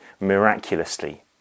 miraculously